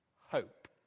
hope